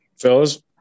Fellas